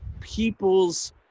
people's